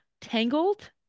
Tangled